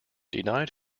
denied